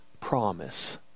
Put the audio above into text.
promise